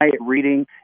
reading